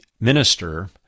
minister